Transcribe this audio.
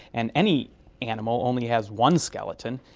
and any animal only has one skeleton,